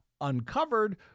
uncovered